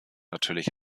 natürlich